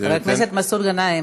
חבר הכנסת מסעוד גנאים,